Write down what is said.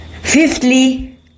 Fifthly